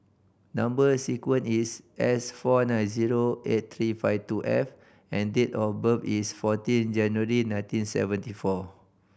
number sequence is S four nine zero eight three five two F and date of birth is fourteen January nineteen seventy four